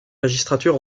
magistrature